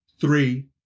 Three